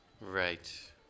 right